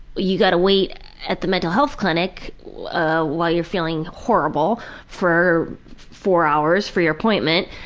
you gotta wait at the mental health clinic ah while you're feeling horrible for four hours for your appointment.